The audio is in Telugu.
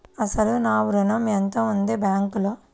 అసలు నా ఋణం ఎంతవుంది బ్యాంక్లో?